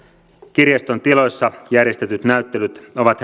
kirjaston tiloissa järjestetyt näyttelyt ovat